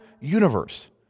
universe